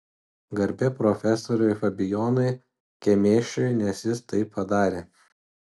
garbė profesoriui fabijonui kemėšiui nes jis tai padarė